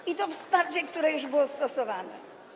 I to wsparcie, które już było stosowane.